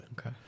Okay